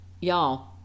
y'all